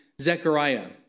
Zechariah